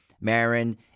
Marin